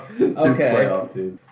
Okay